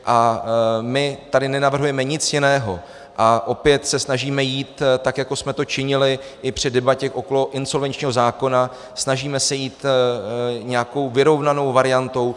A my tady nenavrhujeme nic jiného a opět se snažíme jít, tak jako jsme to činili i při debatě okolo insolvenčního zákona, snažíme se jít nějakou vyrovnanou variantou.